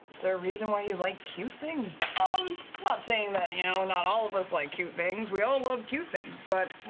there a reason why you like cute things? i'm um not saying that you know not all of us like cute things. we all love cute things, but